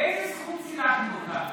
באיזו זכות סילקנו אותם,